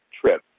trip